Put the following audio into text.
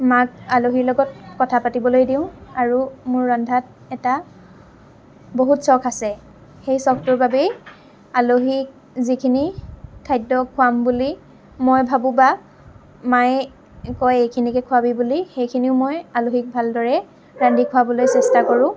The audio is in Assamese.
মাক আলহীৰ লগত কথা পাতিবলৈ দিওঁ আৰু মোৰ ৰন্ধাত এটা বহুত চখ আছে সেই চখটোৰ বাবেই আলহী যিখিনি খাদ্য খোৱাম বুলি মই ভাবোঁ বা মায়ে কয় এইখিনিকে খোৱাবি বুলি সেইখিনিও মই আলহীক ভালদৰে ৰান্ধি খোৱাবলৈ চেষ্টা কৰোঁ